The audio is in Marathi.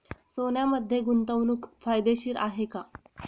सोन्यामध्ये गुंतवणूक फायदेशीर आहे का?